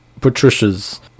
Patricia's